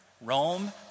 Rome